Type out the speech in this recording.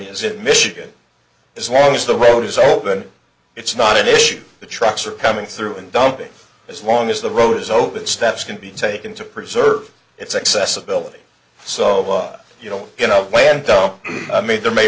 is it michigan is was the road is open it's not an issue the trucks are coming through and dumping as long as the road is open steps can be taken to preserve its accessibility so you know you know way and i mean there may